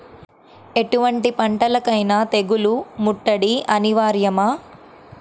ఎటువంటి పంటలకైన తెగులు ముట్టడి అనివార్యమా?